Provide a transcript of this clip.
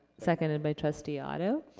seconded by trustee otto.